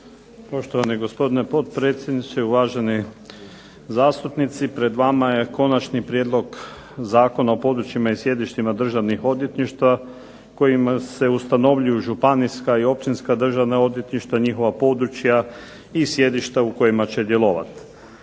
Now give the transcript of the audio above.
Poštovani gospodine potpredsjedniče, uvaženi zastupnici. Pred vama je Konačni prijedlog Zakona o područjima i sjedištima državnih odvjetništava kojim se ustanovljuju županijska i općinska državna odvjetništva, njihova područja i sjedišta u kojima će djelovati.